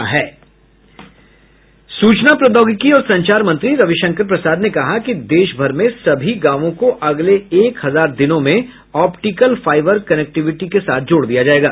सूचना प्रौद्योगिकी और संचार मंत्री रविशंकर प्रसाद ने कहा कि देश भर में सभी गांवों को अगले एक हजार दिनों में ऑप्टिकल फाइबर कनेक्टिविटी के साथ जोड़ दिया जाएगा